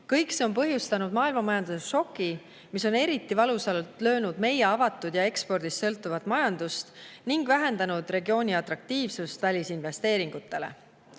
Kõik see on põhjustanud maailmamajanduses šoki, mis on eriti valusalt löönud meie avatud ja ekspordist sõltuvat majandust ning vähendanud regiooni atraktiivsust välisinvesteeringutele.